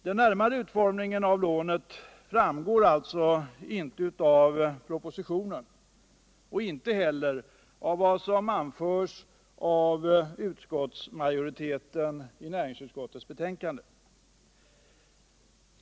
Den närmare utformningen av lånet framgår alltså inte av propositionen, inte heller av vad som anförs av utskottsmajoriteten i näringsutskottets betänkande.